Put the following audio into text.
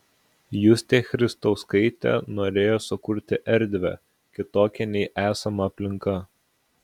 justė christauskaitė norėjo sukurti erdvę kitokią nei esama aplinka